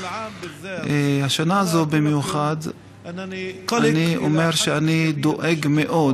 בעיקר בשנה הזאת אני אומר שאני דואג מאוד,